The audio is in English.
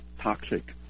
toxic